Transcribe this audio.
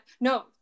no